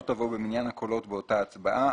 לא תבוא במניין הקולות באותה הצבעה.